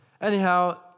Anyhow